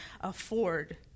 afford